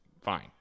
fine